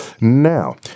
Now